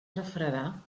refredar